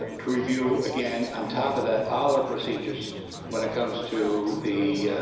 ah to review again on top of that all our procedures when it comes to the